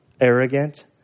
arrogant